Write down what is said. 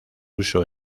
uso